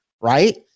right